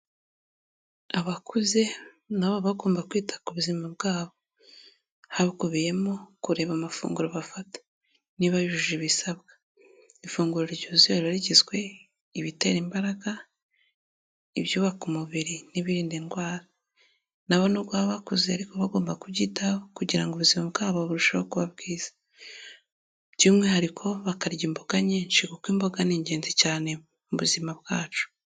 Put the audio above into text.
Abakuze na bo baba gomba kwita ku buzima bwabo. Hakubiyemo kureba amafunguro bafata niba yujuje ibisabwa. Ifunguro ryuzuye riba rigizwe: ibitera imbaraga, ibyubaka umubiri n'ibirinda indwara. Na bo nubwo babakuze bagomba kubyitaho kugira ngo ubuzima bwabo burusheho kuba bwiza by'umwihariko bakarya imboga nyinshi kuko imboga ni ingenzi cyane mu buzima bwacu.